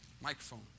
microphone